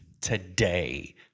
today